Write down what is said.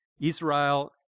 Israel